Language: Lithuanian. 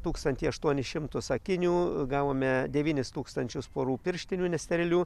tūkstantį aštuonis šimtus akinių gavome devynis tūkstančius porų pirštinių nesterilių